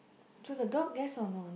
so the dog yes or no